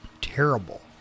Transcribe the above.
terrible